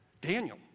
Daniel